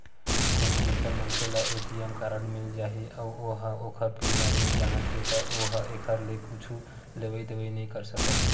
कोनो दूसर मनखे ल ए.टी.एम कारड मिल जाही अउ ओ ह ओखर पिन ल नइ जानत हे त ओ ह एखर ले कुछु लेवइ देवइ नइ कर सकय